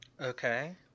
Okay